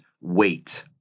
wait